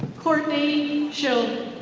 courtney shield.